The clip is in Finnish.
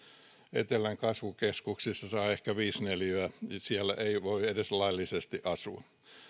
etelän kasvukeskuksissa saa ehkä viisi neliötä siellä ei voi edes laillisesti asua